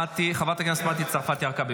חברת הכנסת מטי צרפתי הרכבי.